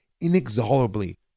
inexorably